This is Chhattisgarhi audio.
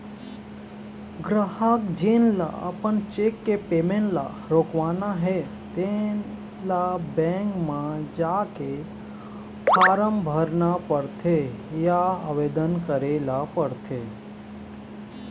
गराहक जेन ल अपन चेक के पेमेंट ल रोकवाना हे तेन ल बेंक म जाके फारम भरना परथे या आवेदन करे ल परथे